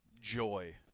joy